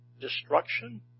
destruction